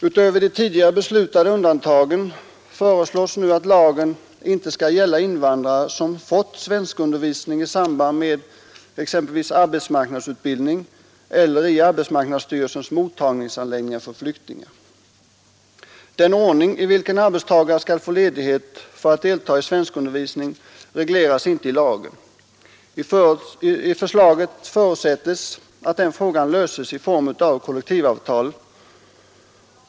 Utöver de tidigare beslutade undantagen föreslås nu att lagen inte skall gälla invandrare som fått svenskundervisning i samband med exempelvis arbetsmarknadsutbildning eller i arbetsmarknadsstyrelsens mottagningsanläggningar för flyktingar. Den ordning i vilken arbetstagare skall få ledighet för att delta i svenskundervisning regleras inte i lagen. I förslaget förutsätts att den frågan löses genom kollektivavtal.